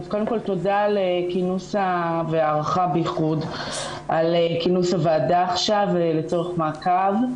אז קודם כל תודה והערכה בייחוד על כינוס הוועדה עכשיו לצורך מעקב.